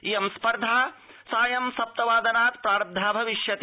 इये स्पर्धा साये सप्त वादनात् प्रारब्धा भविष्यति